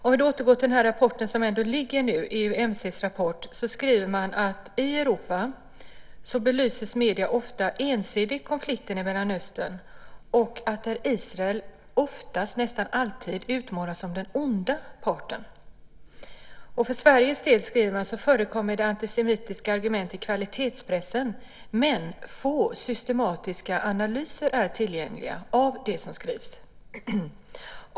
För att återgå till EUMC:s rapport skriver man att medierna i Europa ofta belyser konflikterna i Mellanöstern ensidigt och att Israel oftast, nästan alltid, utmålas som den onda parten. För Sveriges del, skriver man, förekommer det antisemitiska argument i kvalitetspressen, men få systematiska analyser är tillgängliga av det som skrivs.